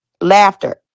laughter